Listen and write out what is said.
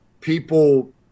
people